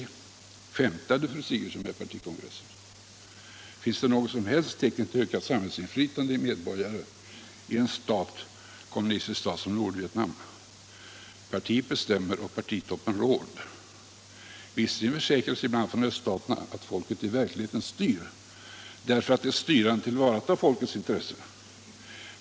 Skämtade fru Sigurdsen med partikongressen? Finns det något som helst tecken till ökat samhällsinflytande för medborgare i en kommunistisk stat som Nordvietnam? Partiet bestämmer och partitoppen råder. Visserligen försäkras ibland från öststaterna att folket i verkligheten styr, därför att de styrande tillvaratar folkets intressen.